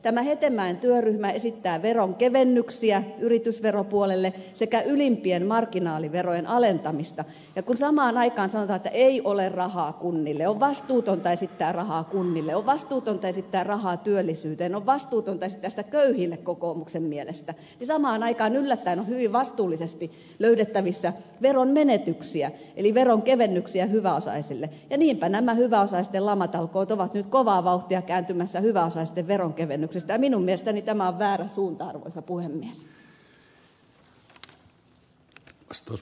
tämä hetemäen työryhmä esittää veronkevennyksiä yritysveropuolelle se kä ylimpien marginaaliverojen alentamista ja samaan aikaan sanotaan että ei ole rahaa kunnille on vastuutonta esittää rahaa kunnille on vastuutonta esittää rahaa työllisyyteen on vastuutonta esittää sitä köyhille kokoomuksen mielestä mutta samaan aikaan yllättäen on hyvin vastuullisesti löydettävissä veronmenetyksiä eli veronkevennyksiä hyväosaisille ja niinpä nämä hyväosaisten lamatalkoot ovat nyt kovaa vauhtia kääntymässä hyväosaisten veronkevennyksiksi ja minun mielestäni tämä on väärä suunta arvoisa puhemies